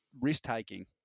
risk-taking